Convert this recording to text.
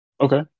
okay